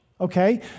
okay